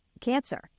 cancer